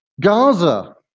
Gaza